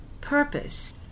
purpose